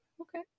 Okay